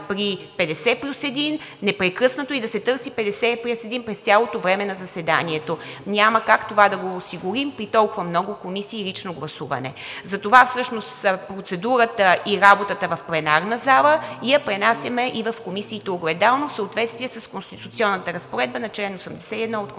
50 плюс един и непрекъснато да се търси 50 плюс един през цялото време на заседанието. Няма как това да осигурим при толкова много комисии и лично гласуване. Затова всъщност процедурата и работата от пленарната зала я пренасяме огледално и в комисиите в съответствие с конституционната разпоредба на чл. 81 от Конституцията.